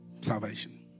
salvation